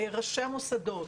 ראשי המוסדות,